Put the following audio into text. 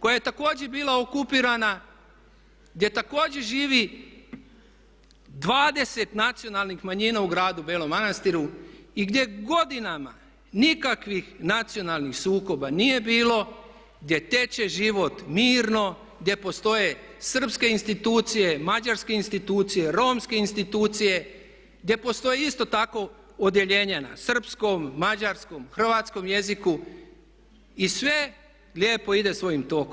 koja je također bila okupirana, gdje također živi 20 nacionalnih manjina u gradu Belom Manastiru i gdje godinama nikakvih nacionalnih sukoba nije bilo, gdje teče život mirno, gdje postoje srpske institucije, mađarske institucije, romske institucije, gdje postoji isto tako odjeljenje na srpskom, mađarskom, hrvatskom jeziku i sve lijepo ide svojim tokom.